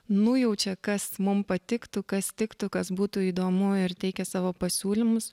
nujaučia kas mum patiktų kas tiktų kas būtų įdomu ir teikia savo pasiūlymus